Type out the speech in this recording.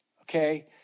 Okay